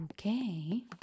Okay